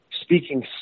speaking